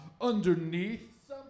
underneath